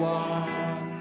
one